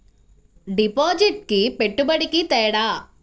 డిపాజిట్కి పెట్టుబడికి తేడా?